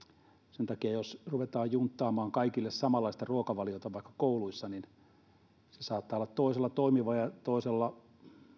sen takia jos ruvetaan junttamaan kaikille samanlaista ruokavaliota vaikka kouluissa niin se saattaa olla toisella toimiva ja toisella